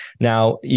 Now